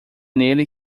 nele